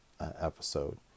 episode